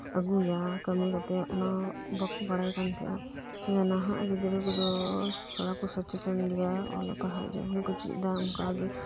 ᱟᱹᱜᱩᱭᱟ ᱠᱟᱹᱢᱤ ᱠᱟᱛᱮᱜ ᱚᱱᱟ ᱵᱟᱠᱩ ᱵᱟᱲᱟᱭ ᱠᱟᱱᱛᱟᱦᱮᱸᱜ ᱟ ᱱᱟᱦᱟᱜ ᱜᱤᱫᱽᱨᱟᱹ ᱠᱚᱫᱚ ᱛᱷᱚᱲᱟᱠᱩ ᱥᱚᱪᱮᱛᱚᱱ ᱜᱮᱭᱟ ᱚᱞᱚᱜ ᱯᱟᱲᱦᱟᱜ ᱡᱮᱢᱚᱱᱠᱩ ᱪᱤᱫ ᱫᱟ ᱚᱱᱠᱟᱜᱤ